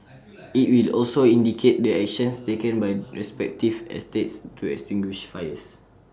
IT will also indicate the actions taken by the respective estates to extinguish fires